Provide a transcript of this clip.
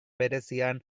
berezian